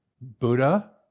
Buddha